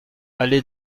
allée